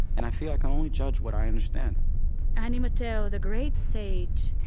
and i feel i can only judge what i understand ani mateo, the great sage